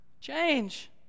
Change